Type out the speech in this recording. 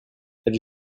elle